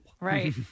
Right